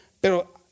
Pero